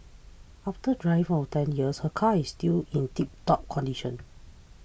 after driving for ten years her car is still in tiptop condition